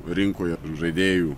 rinkoje žaidėjų